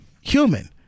human